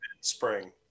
spring